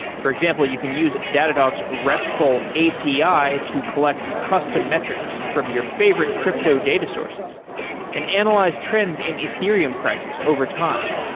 for example, you can use datadog's restful api to collect custom metrics from your favorite crypto data sources and analyze trends in ethereum prices over time.